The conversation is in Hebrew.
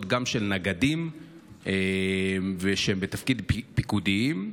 של נגדים שגם הם בתפקידים פיקודיים,